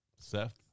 Seth